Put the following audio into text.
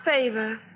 favor